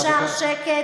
אפשר שקט?